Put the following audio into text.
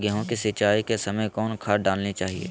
गेंहू के सिंचाई के समय कौन खाद डालनी चाइये?